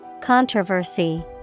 Controversy